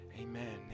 amen